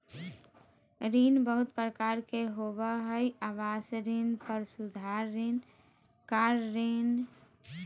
ऋण बहुत प्रकार के होबा हइ आवास ऋण, घर सुधार ऋण, कार ऋण